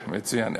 מצוין.